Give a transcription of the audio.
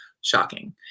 shocking